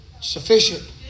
Sufficient